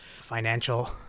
financial